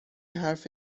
حرف